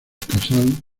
casal